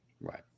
Right